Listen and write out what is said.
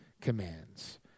commands